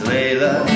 Layla